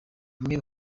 bimwe